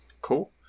cool